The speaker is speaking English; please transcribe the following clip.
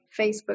Facebook